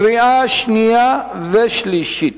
קריאה שנייה ושלישית.